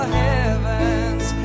heavens